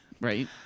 Right